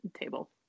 table